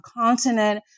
continent